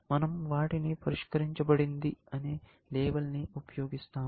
మనం వాటికీ పరిష్కరించబడింది అనే లేబుల్ని ఉపయోగిస్తాము